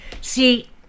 See